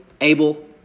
Abel